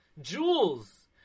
jewels